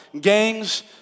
gangs